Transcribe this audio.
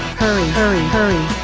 hurry hurry hurry